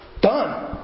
Done